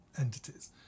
entities